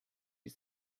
you